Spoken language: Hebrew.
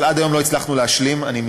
אבל עד היום לא הצלחנו להשלים אותו.